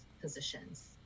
positions